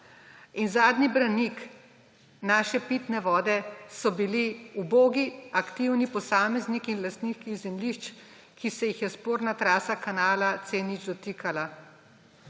in zadnji branik naše pitne vode so bili ubogi aktivni posamezniki in lastniki zemljišč, ki se jih je sporna trasa kanala C0 dotikala.